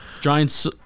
Giants